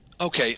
Okay